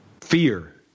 fear